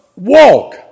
walk